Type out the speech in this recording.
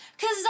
Cause